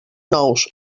nous